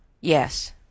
Yes